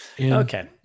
Okay